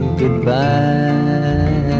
goodbye